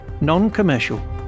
non-commercial